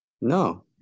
no